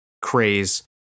Craze